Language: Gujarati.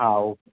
હા ઓકે